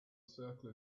circle